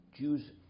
Jews